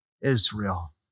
Israel